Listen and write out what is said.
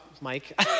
Mike